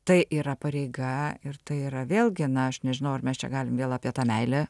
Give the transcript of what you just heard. tai yra pareiga ir tai yra vėlgi na aš nežinau ar mes čia galim vėl apie tą meilę